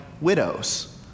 widows